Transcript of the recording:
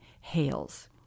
hails